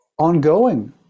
Ongoing